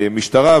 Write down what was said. המשטרה,